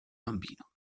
bambino